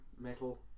Metal